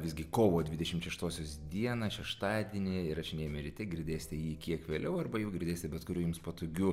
visgi kovo dvidešim šešosios dieną šeštadienį įrašinėjame ryte girdėsite jį kiek vėliau arba jau girdėsite bet kuriuo jums patogiu